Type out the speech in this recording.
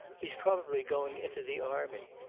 he's probably going into the army.